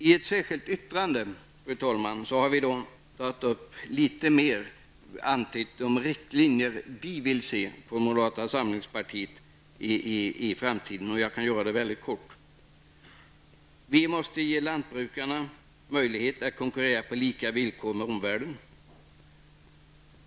I ett särskilt yttrande, fru talman, har vi litet närmare angivit de riktlinjer som vi från moderata samlingspartiet vill se i framtiden. Jag kan återge dem mycket kort. Vi måste ge lantbrukarna möjlighet att konkurrera på lika villkor med omvärlden.